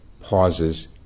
pauses